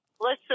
Listen